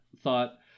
thought